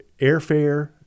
airfare